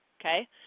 Okay